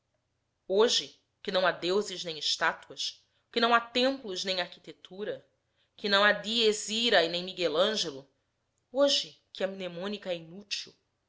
hoje que não há deuses nem estátuas que não há templos nem arquitetura que não há dies iroe nem miguel ângelo hoje que a mnemônica é inútil